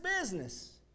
business